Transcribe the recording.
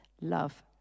Love